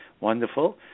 wonderful